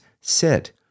sit